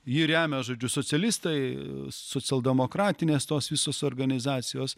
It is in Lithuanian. jį remiasi žodžiu socialistai socialdemokratinės tos visos organizacijos